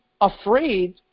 afraid